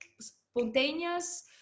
spontaneous